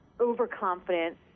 overconfident